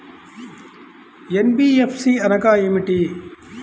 NBFC అనగా ఏమిటీ?